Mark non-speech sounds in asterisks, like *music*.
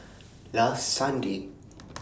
last Sunday *noise*